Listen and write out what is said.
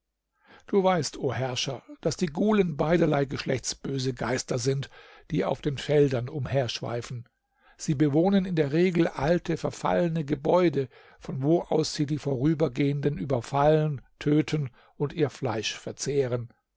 du weißt o herrscher daß die gulen beiderlei geschlechts böse geister sind die auf den feldern umherschweifen sie bewohnen in der regel alte verfallene gebäude von wo aus sie die vorübergehenden überfallen töten und ihr fleisch verzehren